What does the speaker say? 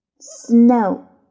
snow